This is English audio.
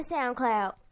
SoundCloud